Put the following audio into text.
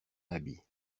habit